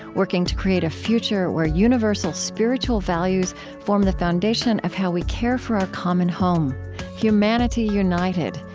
working to create a future where universal spiritual values form the foundation of how we care for our common home humanity united,